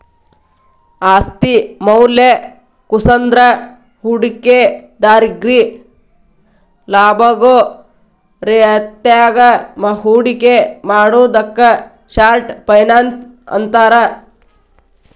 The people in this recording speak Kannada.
ಆಸ್ತಿ ಮೌಲ್ಯ ಕುಸದ್ರ ಹೂಡಿಕೆದಾರ್ರಿಗಿ ಲಾಭಾಗೋ ರೇತ್ಯಾಗ ಹೂಡಿಕೆ ಮಾಡುದಕ್ಕ ಶಾರ್ಟ್ ಫೈನಾನ್ಸ್ ಅಂತಾರ